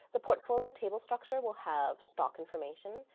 the portfolio table structure will have stock information,